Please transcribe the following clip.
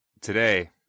today